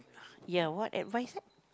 ya what advice ah